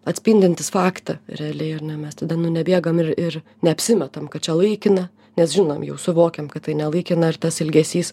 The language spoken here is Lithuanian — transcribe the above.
atspindintis faktą realiai ar ne mes tada nebėgam ir ir neapsimetam kad čia laikina nes žinom jau suvokiam kad tai ne laikina ir tas ilgesys